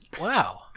Wow